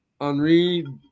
Henri